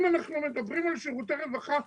אם אנחנו מדברים על שירותי רווחה,